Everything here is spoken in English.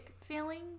feeling